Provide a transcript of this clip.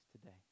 today